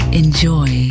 enjoy